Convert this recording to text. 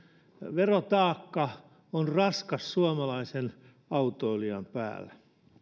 verotaakka on raskas suomalaisen autoilijan päällä